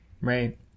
Right